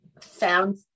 found